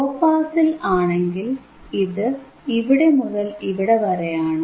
law പാസിൽ ആണെങ്കിൽ ഇത് ഇവിടെ മുതൽ ഇവിടെ വരെയാണ്